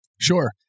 Sure